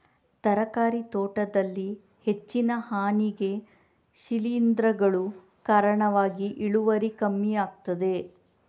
ತರಕಾರಿ ತೋಟದಲ್ಲಿ ಹೆಚ್ಚಿನ ಹಾನಿಗೆ ಶಿಲೀಂಧ್ರಗಳು ಕಾರಣವಾಗಿ ಇಳುವರಿ ಕಮ್ಮಿ ಆಗ್ತದೆ